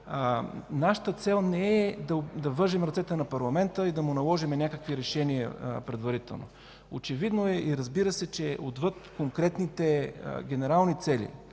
Нашата цел не е да вържем ръцете на парламента и да му наложим някакви решения предварително. Разбира се, очевидно е, че отвъд конкретните генерални цели